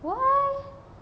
what